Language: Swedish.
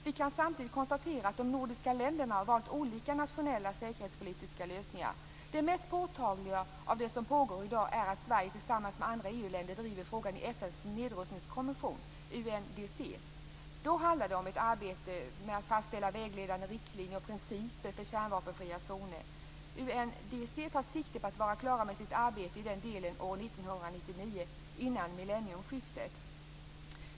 Vi kan samtidigt konstatera att de nordiska länderna valt olika nationella säkerhetspolitiska lösningar. Det mest påtagliga av det som pågår i dag är att Sverige tillsammans med andra EU-länder driver frågan i FN:s nedrustningskommission UNDC. Då handlar det om ett arbete med att fastställa vägledande riktlinjer och principer för kärnvapenfria zoner. UNDC tar sikte på att vara klart med sitt arbete i denna del år 1999, dvs. före millennieskiftet.